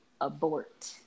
Abort